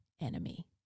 enemy